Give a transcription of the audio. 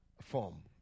form